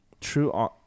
true